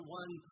one